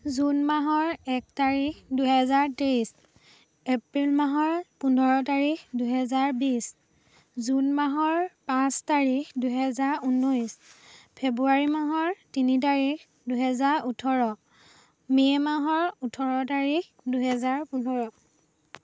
June মাহৰ এক তাৰিখ দুহেজাৰ তেইছ এপ্ৰিল মাহৰ পোন্ধৰ তাৰিখ দুহেজাৰ বিছ জুন মাহৰ পাঁচ তাৰিখ দুহেজাৰ ঊনৈছ ফেবুৱাৰী মাহৰ তিনি তাৰিখ দুহেজাৰ ওঠৰ মে' মাহৰ ওঠৰ তাৰিখ দুহেজাৰ পোন্ধৰ